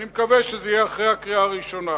אני מקווה שזה יהיה אחרי הקריאה הראשונה.